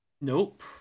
Nope